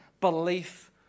belief